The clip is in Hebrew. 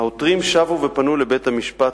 העותרים שבו ופנו לבית-המשפט,